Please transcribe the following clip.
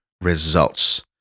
results